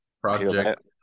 project